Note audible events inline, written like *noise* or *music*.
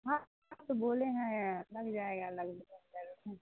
ہاں تو بولیں ہیں لگ جائے گا لگ بھگ *unintelligible*